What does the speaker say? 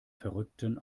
verrückten